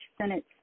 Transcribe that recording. senate